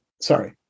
sorry